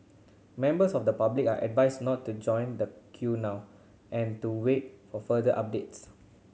members of the public are advised not to join the queue now and to wait for further updates